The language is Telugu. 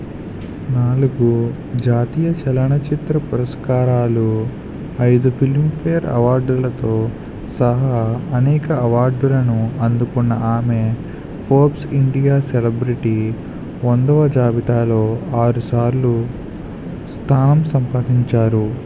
నాలుగు జాతీయ చలనచిత్ర పురస్కారాలు ఐదు ఫిలింఫేర్ అవార్డులతో సహా అనేక అవార్డులను అందుకున్న ఆమె ఫోబ్స్ ఇండియా సెలబ్రిటీ వందవ జాబితాలో ఆరు సార్లు స్థానం సంపాదించారు